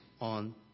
on